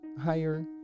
higher